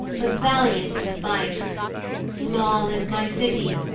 but valiant in the fight small is my city,